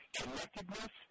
connectedness